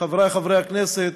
חברי חברי הכנסת,